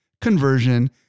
conversion